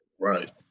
Right